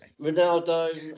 Ronaldo